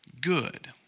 good